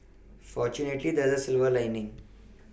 fortunately there is a silver lining